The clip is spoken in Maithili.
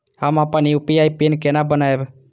हम अपन यू.पी.आई पिन केना बनैब?